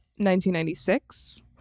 1996